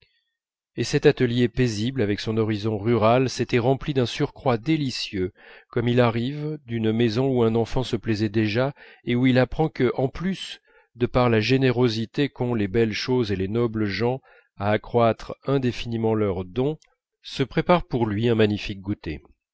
et cet atelier paisible avec son horizon rural s'était rempli d'un surcroît délicieux comme il arrive d'une maison où un enfant se plaisait déjà et où il apprend que en plus de par la générosité qu'ont les belles choses et les nobles gens à accroître indéfiniment leurs dons se prépare pour lui un magnifique goûter